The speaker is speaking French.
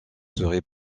serait